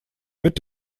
mit